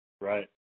right